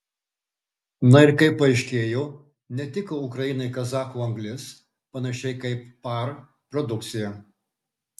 na ir kaip paaiškėjo netiko ukrainai kazachų anglis panašiai kaip par produkcija